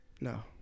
No